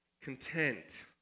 content